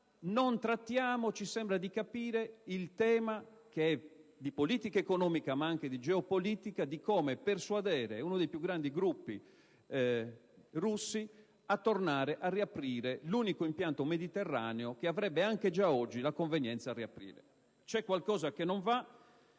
non trattiamo - ci sembra di capire - il tema, che è di politica economica ma anche di geopolitica, di come persuadere uno dei più grandi gruppi russi a tornare ad aprire l'unico impianto mediterraneo che avrebbe già oggi la convenienza a riaprire. C'è qualcosa che non va.